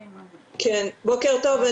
כן, בוקר טוב.